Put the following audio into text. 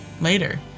later